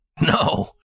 No